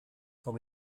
con